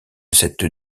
cette